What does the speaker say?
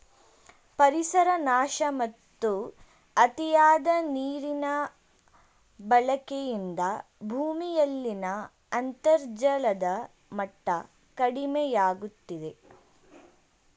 ಪರಿಸರ ನಾಶ ಮತ್ತು ಅತಿಯಾದ ನೀರಿನ ಬಳಕೆಯಿಂದ ಭೂಮಿಯಲ್ಲಿನ ಅಂತರ್ಜಲದ ಮಟ್ಟ ಕಡಿಮೆಯಾಗುತ್ತಿದೆ